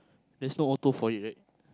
there's no auto for it right